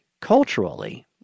culturally